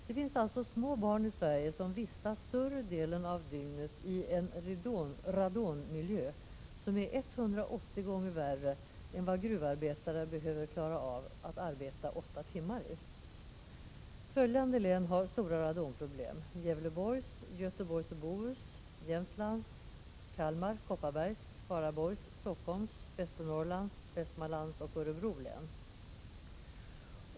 Det finns alltså små barn i Sverige som vistas större delen av dygnet i en radonmiljö som är 180 gånger värre än vad gruvarbetare behöver klara av att arbeta åtta timmar i! Följande län har stora radonproblem: Gävleborgs, Göteborgs och Bohus, Jämtlands, Kalmar, Kopparbergs, Skaraborgs, Stockholms, Västernorrlands, Västmanlands och Örebro län.